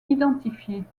identifiés